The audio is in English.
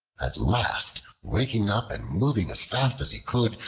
at last waking up, and moving as fast as he could,